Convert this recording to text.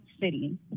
city